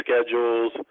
schedules